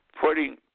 Putting